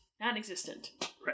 non-existent